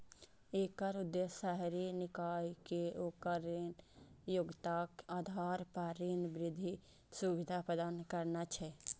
एकर उद्देश्य शहरी निकाय कें ओकर ऋण योग्यताक आधार पर ऋण वृद्धि सुविधा प्रदान करना छै